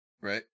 Right